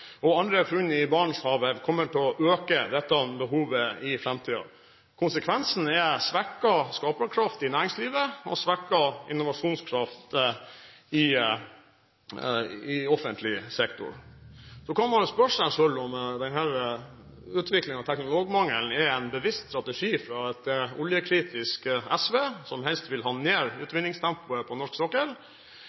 andre funn i Barentshavet kommer til å øke dette behovet i framtiden. Konsekvensen er svekket skaperkraft i næringslivet og svekket innovasjonskraft i offentlig sektor. Så kan man spørre seg om denne utviklingen av teknologmangel er en bevisst strategi fra et oljekritisk SV, som helst vil ha ned utvinningstempoet på norsk sokkel.